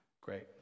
Great